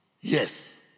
Yes